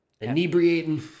Inebriating